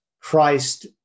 Christ